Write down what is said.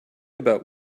about